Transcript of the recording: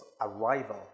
arrival